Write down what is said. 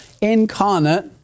incarnate